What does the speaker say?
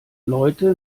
leute